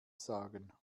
sagen